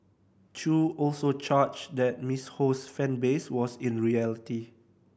Chew also charged that Miss Ho's fan base was in reality